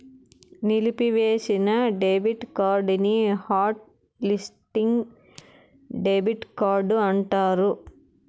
నిలిపివేసిన డెబిట్ కార్డుని hot listing debit card అంటారు